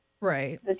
Right